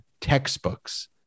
textbooks